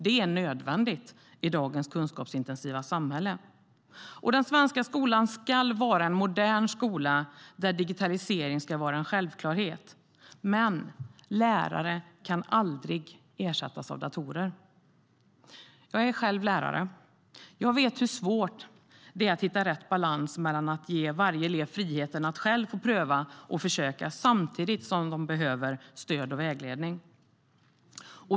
Det är nödvändigt i dagens kunskapsintensiva samhälle. Jag är själv lärare. Jag vet hur svårt det är att hitta rätt balans mellan att ge varje elev friheten att själv få pröva och försöka samtidigt som de behöver stöd och vägledning.